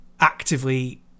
actively